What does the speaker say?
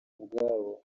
ubwabo